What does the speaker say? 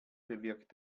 bewirkt